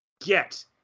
get